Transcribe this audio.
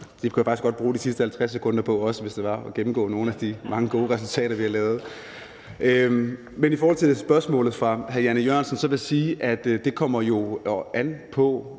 Det kunne jeg faktisk også godt bruge de sidste 50 sekunder på, hvis det var, altså at gennemgå nogle af de mange gode resultater, vi har lavet. Men i forhold til spørgsmålet fra hr. Jan E. Jørgensen vil jeg sige, at det jo kommer an på